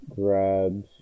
grabs